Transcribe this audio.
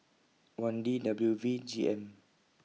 one D W V G M